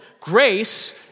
Grace